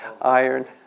Iron